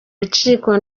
rukiko